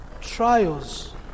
Trials